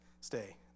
stay